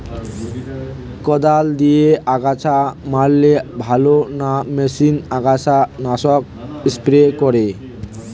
কদাল দিয়ে আগাছা মারলে ভালো না মেশিনে আগাছা নাশক স্প্রে করে?